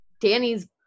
Danny's